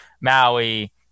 Maui